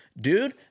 dude